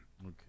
Okay